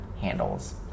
handles